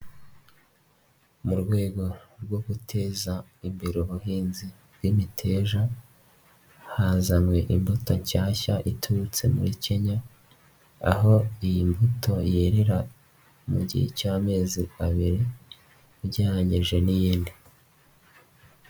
Mu rwego rwo guteza imbere ubuhinzi bw'imiteja hazanwe imbuto nshyashya iturutse muri kenya aho iyi mbuto yerera mu gihe cy'amezi abiri ugereranyije n'iyindi.